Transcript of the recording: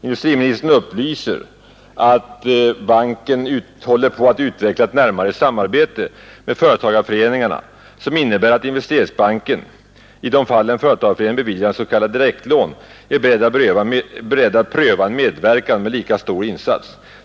Industriministern upplyser att banken håller på att utveckla ett närmare samarbete med företagarföreningarna, som innebär att Investeringsbanken, i de fall där en företagarförening beviljar s.k. direktlån, är beredd att pröva medverkan med lika stor insats.